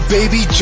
Baby